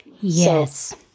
Yes